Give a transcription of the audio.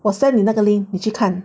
我 send 你那个 link 你去看